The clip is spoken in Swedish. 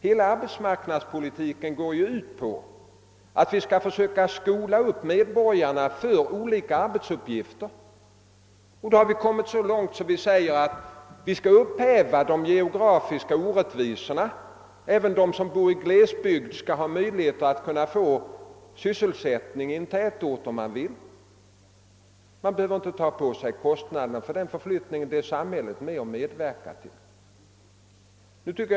Hela arbetsmarknadspolitiken syftar ju till att försöka utbilda medborgarna för olika arbetsuppgifter, och vi strävar därför efter att upphäva de geo grafiska orättvisorna. även de som bor i glesbygd skall, om de så vill, ha möjlighet att få sysselsättning i en tätort. Företaget behöver inte ta på sig kostnaderna för en sådan omflyttning, utan dessa svarar samhället för.